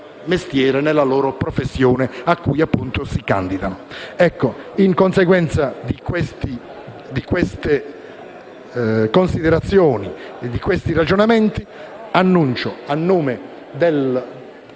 nella professione a cui si candidano. In conseguenza di queste considerazioni e di questi ragionamenti, annuncio, a nome del